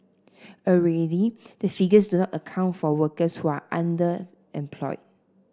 already the figures do not account for workers who are underemployed